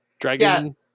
dragon